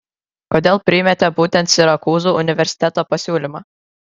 kodėl priėmėte būtent sirakūzų universiteto pasiūlymą